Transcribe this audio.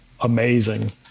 amazing